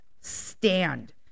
stand